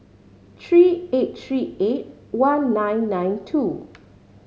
three eight three eight one nine nine two